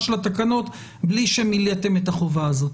של התקנות בלי שמילאתם את החובה הזאת.